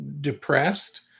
depressed